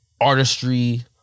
artistry